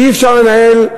אי-אפשר לנהל את